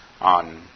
on